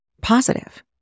positive